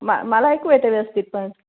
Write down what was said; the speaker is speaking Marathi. मा मला आहे ऐकू येत आहे व्यवस्थित पण